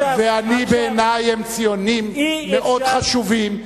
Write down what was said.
ובעיני הם ציונים חשובים מאוד.